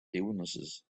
illnesses